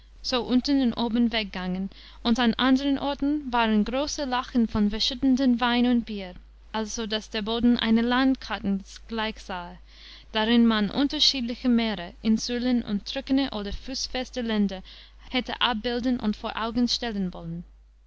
unten und oben weggangen und an andern orten waren große lachen von verschüttetem wein und bier also daß der boden einer landkarten gleichsahe darin man unterschiedliche meere insulen und truckene oder fußfeste länder hätte abbilden und vor augen stellen wollen